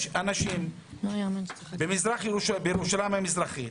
יש אנשים בירושלים המזרחית,